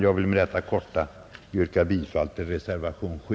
Jag vill med dessa få ord yrka bifall till reservationen 7.